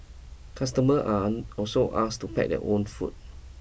customer are also asked to pack their own food